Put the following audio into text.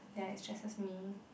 ya it stresses me